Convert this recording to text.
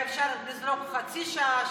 אפשר היה לסגור חצי שעה,